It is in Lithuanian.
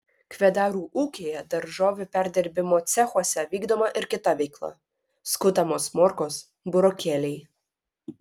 kvedarų ūkyje daržovių perdirbimo cechuose vykdoma ir kita veikla skutamos morkos burokėliai